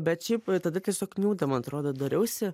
bet šiaip tada tiesiog niūde man atrodo dariausi